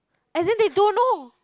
isn't they don't know